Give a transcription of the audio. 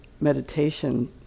meditation